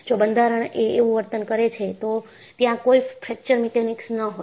જો બંધારણ એ એવું વર્તન કરે છે તો ત્યાં કોઈ ફ્રેકચર મિકેનિક્સ ન હોત